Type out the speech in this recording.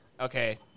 okay